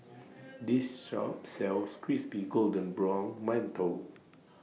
This Shop sells Crispy Golden Brown mantou